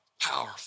powerful